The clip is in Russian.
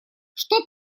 что